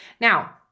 Now